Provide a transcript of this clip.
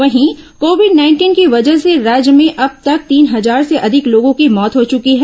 वहीं covid nineteen की वजह से राज्य में अब तक तीन हजार से अधिक लोगों की मौत हो चुकी है